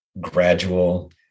gradual